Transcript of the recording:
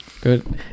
good